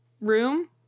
room